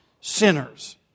sinners